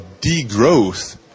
degrowth